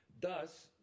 Thus